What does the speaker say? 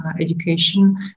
education